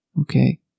okay